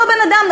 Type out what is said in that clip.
אותו בן-אדם,